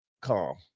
calm